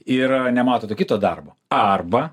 ir nemato to kito darbo arba